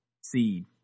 seed